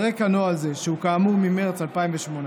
על רקע נוהל זה, שהוא, כאמור, ממרץ 2018,